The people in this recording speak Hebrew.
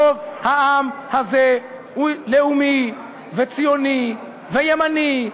רוב העם הזה הוא לאומי וציוני וימני,